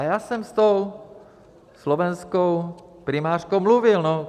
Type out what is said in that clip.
Já jsem s tou slovenskou primářkou mluvil.